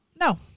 No